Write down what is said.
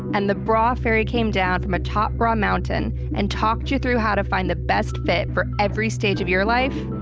and the bra fairy came down from a top bra mountain, and talked you through how to find the best fit for every stage of your life?